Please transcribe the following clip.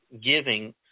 giving